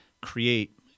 create